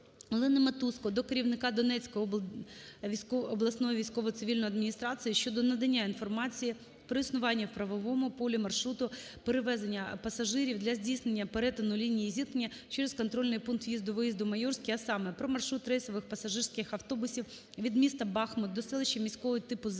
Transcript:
Олени Матузко до керівника Донецької обласної військово-цивільної адміністрації щодо надання інформації про існування в правовому полі маршруту перевезення пасажирів для здійснення перетину лінії зіткнення через контрольний пункт в’їзду–виїзду "Майорське", а саме: про маршрут рейсових пасажирських автобусів від міста Бахмут до селища міського типу Зайцеве